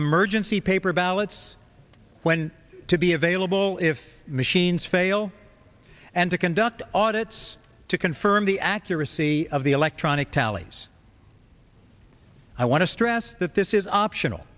emergency paper ballots when to be available if machines fail and to conduct audits to confirm the accuracy of the electronic tallies i want to stress that this is optional